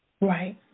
Right